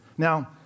Now